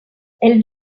elle